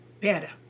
better